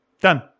Done